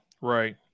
Right